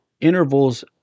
intervals